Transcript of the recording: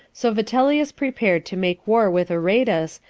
so vitellius prepared to make war with aretas,